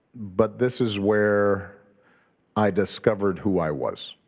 but this is where i discovered who i was,